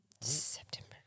September